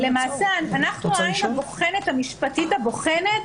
למעשה אנחנו העין המשפטית הבוחנת.